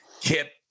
Kip